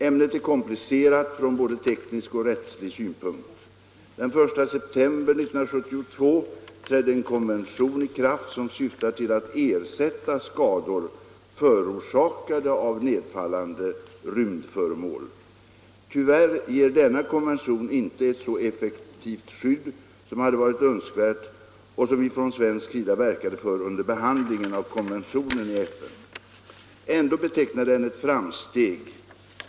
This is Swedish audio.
Ämnet är komplicerat från både teknisk och rättslig synpunkt. Den 1 september 1972 trädde en konvention i kraft som syftar till att ersätta skador förorsakade av nedfallande rymdföremål. Tyvärr ger denna konvention inte ett så effektivt skydd som hade varit önskvärt och som vi på svensk sida verkade för under behandlingen av konventionen i FN. Ändå betecknar den ett framsteg.